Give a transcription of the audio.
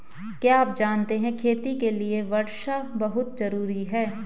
क्या आप जानते है खेती के लिर वर्षा बहुत ज़रूरी है?